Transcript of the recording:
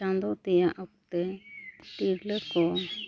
ᱪᱟᱸᱫᱳ ᱛᱮᱭᱟᱜ ᱚᱠᱛᱮ ᱛᱤᱨᱞᱟᱹ ᱠᱚ